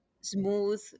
smooth